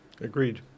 Agreed